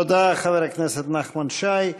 תודה, חבר הכנסת נחמן שי.